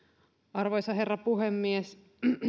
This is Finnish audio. arvoisa herra puhemies